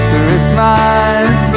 Christmas